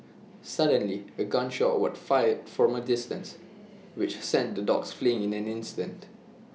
suddenly A gun shot was fired from A distance which sent the dogs fleeing in an instant